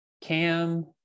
cam